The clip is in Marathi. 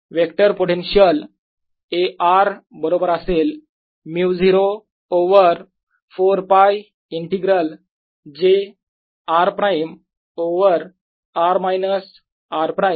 zI vector potential A r बरोबर असेल μ0 over 4π integral j r prime over r minus r prime dv prime